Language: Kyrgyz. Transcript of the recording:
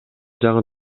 жаңы